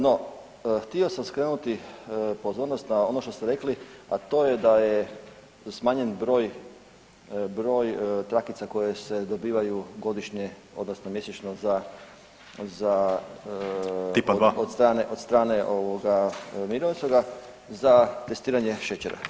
No htio sam skrenuti pozornost na ono što ste rekli, a to je da je smanjen broj, broj trakica koje se dobivaju godišnje odnosno mjesečno za, za [[Upadica iz klupe: tipa-2]] od strane, od strane ovoga mirovinskoga za testiranje šećera.